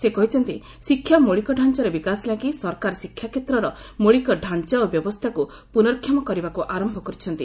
ସେ କହିଛନ୍ତି ଶିକ୍ଷା ମୌଳିକତାଞାର ବିକାଶ ଲାଗି ସରକାର ଶିକ୍ଷାାକ୍ଷେତ୍ରର ମୌଳିକତାଞ୍ଚା ଓ ବ୍ୟବସ୍ଥାକୁ ପୁନର୍କ୍ଷମ କରିବାକୁ ଆରମ୍ଭ କରିଛନ୍ତି